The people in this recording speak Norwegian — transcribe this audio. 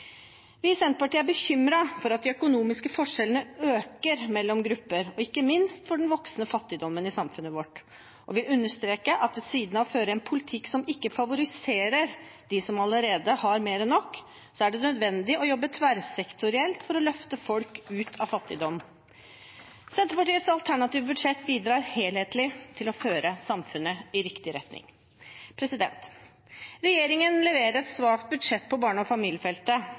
Vi i Senterpartiet er bekymret for at de økonomiske forskjellene mellom grupper øker, og ikke minst for den voksende fattigdommen i samfunnet vårt. Vi vil understreke at ved siden av å føre en politikk som ikke favoriserer dem som allerede har mer enn nok, er det nødvendig å jobbe tverrsektorielt for å løfte folk ut av fattigdom. Senterpartiets alternative budsjett bidrar helhetlig til å føre samfunnet i riktig retning. Regjeringen leverer et svakt budsjett på barne- og familiefeltet.